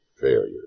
failure